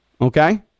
Okay